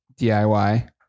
DIY